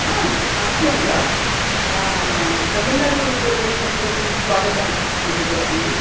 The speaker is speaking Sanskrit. आम् अस्तु अम्ब तमिळ्नाडु प्रदेशं प्रति स्वागतं निवेदयामि